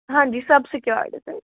ਹਾਂਜੀ ਸਭ ਸਿਕਿਓਰਡ ਹੈ ਸਰ